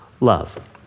love